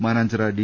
മാനാ ഞ്ചിറ ഡി